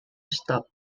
stopped